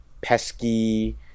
pesky